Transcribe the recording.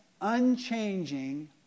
unchanging